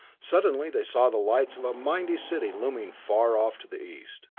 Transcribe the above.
suddenly they saw the lights of a mighty city looming far off to the east.